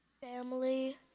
Family